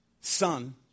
Son